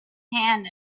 hand